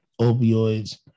opioids